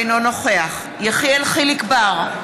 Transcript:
אינו נוכח יחיאל חיליק בר,